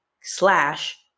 slash